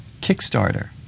Kickstarter